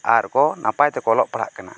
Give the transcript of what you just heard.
ᱟᱨ ᱠᱚ ᱱᱟᱯᱟᱭ ᱛᱮ ᱠᱚ ᱚᱞᱚᱜ ᱯᱟᱲᱦᱟᱜ ᱠᱟᱱᱟ